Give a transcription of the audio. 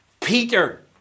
Peter